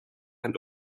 and